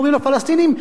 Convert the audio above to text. אומרים לפלסטינים?